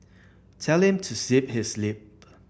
tell him to zip his lip